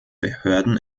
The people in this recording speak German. behörden